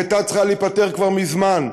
היא הייתה צריכה להיפתר כבר מזמן.